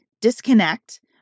disconnect